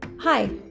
Hi